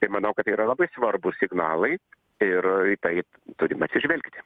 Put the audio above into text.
ir manau kad tai yra labai svarbūs signalai ir taip turim atsižvelgti